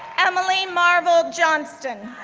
emily marvel johnston,